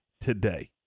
today